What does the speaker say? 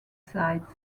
sides